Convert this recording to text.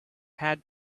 had